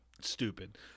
stupid